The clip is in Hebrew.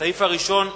הסעיף הראשון בסדר-היום: